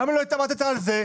למה לא התעמת על זה?